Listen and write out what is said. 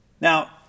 Now